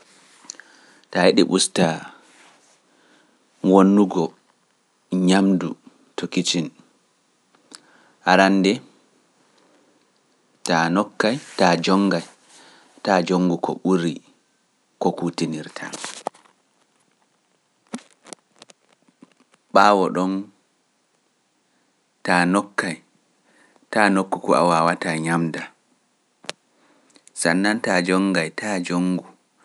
Ta a yiɗi ustaa wonnugo nyaamndu to kitchen arannde, ta a nokkay, ta a jonngay taa jonngu ko ɓuri ko kuutinirta, ɓaawo ɗon ta a nokkay taa nokku ko a waawataa nyaamndaa. Sannan to a jonngay taa jonngu.